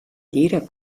jeder